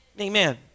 Amen